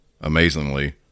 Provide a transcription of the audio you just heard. Amazingly